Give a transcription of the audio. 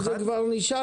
זה כבר נשאל.